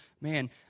man